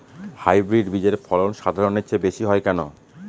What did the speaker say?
Hybrid বীজের ফলন সাধারণের চেয়ে বেশী হয় কেনো?